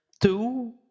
two